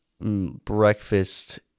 breakfast